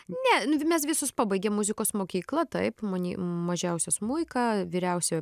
ne nu vi mes visos pabaigėm muzikos mokyklą taip many mažiausia smuiką vyriausia